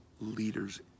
leaders